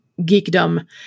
geekdom